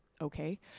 Okay